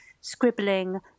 scribbling